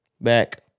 back